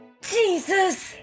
Jesus